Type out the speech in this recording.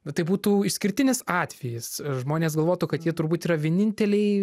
bet tai būtų išskirtinis atvejis žmonės galvotų kad jie turbūt yra vieninteliai